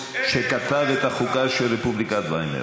זהירים בהשוואות של ערב השואה ברפובליקת ויימאר.